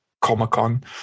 Comic-Con